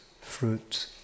fruit